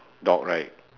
dog right